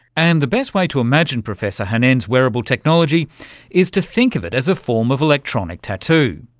and the best way to imagine professor hanein's wearable technology is to think of it as a form of electronic tattoo.